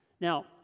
now